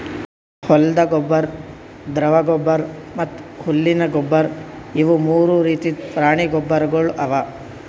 ಹೊಲ್ದ ಗೊಬ್ಬರ್, ದ್ರವ ಗೊಬ್ಬರ್ ಮತ್ತ್ ಹುಲ್ಲಿನ ಗೊಬ್ಬರ್ ಇವು ಮೂರು ರೀತಿದ್ ಪ್ರಾಣಿ ಗೊಬ್ಬರ್ಗೊಳ್ ಅವಾ